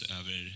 över